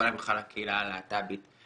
בכלל הקהילה הלהב"טית,